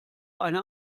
eine